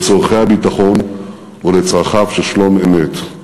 לצורכי הביטחון ולצרכיו של שלום אמת.